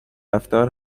رفتار